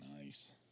Nice